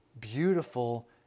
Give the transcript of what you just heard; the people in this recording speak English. beautiful